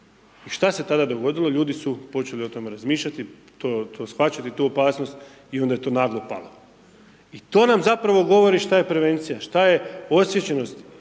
i šta se tada dogodilo, ljudi su počeli o tome razmišljati, shvaćati tu opasnost i onda je to naglo palo i to nam zapravo govori šta je prevencija, šta je osviještenost